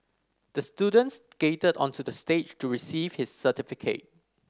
the student skated onto the stage to receive his certificate